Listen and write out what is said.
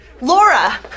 Laura